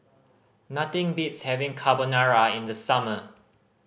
nothing beats having Carbonara in the summer